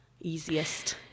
easiest